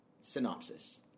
synopsis